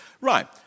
Right